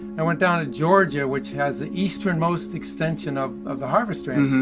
i went down to georgia, which has the eastern most extension of of the harvester ant.